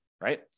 right